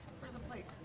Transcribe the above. where's the plate?